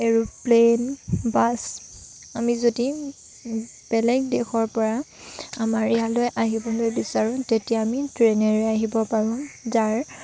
aeroplane bus আমি যদি বেলেগ দেশৰ পৰা আমাৰ ইয়ালৈ আহিবলৈ বিচাৰোঁ তেতিয়া আমি ট্ৰেইনেৰে আহিব পাৰোঁ যাৰ